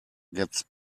gets